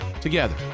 together